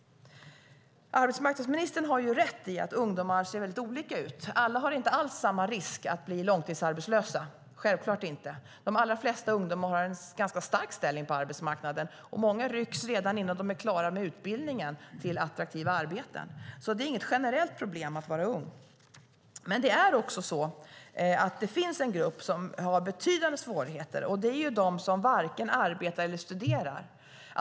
Arbetsmarknadsministern har rätt i att situationen för ungdomar ser väldigt olika ut. Alla löper inte alls samma risk att bli långtidsarbetslösa - självklart inte. De allra flesta ungdomar har en ganska stark ställning på arbetsmarknaden, och många rycks till attraktiva arbeten redan innan de är klara med utbildningen. Det är alltså inget generellt problem att vara ung. Det finns dock en grupp som har betydande svårigheter, och det är de som varken arbetar eller studerar.